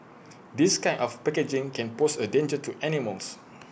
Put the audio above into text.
this kind of packaging can pose A danger to animals